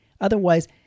Otherwise